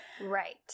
Right